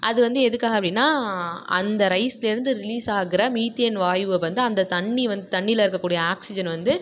அது வந்து எதுக்காக அப்படின்னா அந்த ரைஸ்லேருந்து ரிலீஸ் ஆகிற மீத்தேன் வாயுவை வந்து அந்த தண்ணி வந்து தண்ணியில் இருக்கக்கூடிய ஆக்ஸிஜன் வந்து